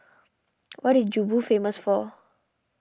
what is Juba famous for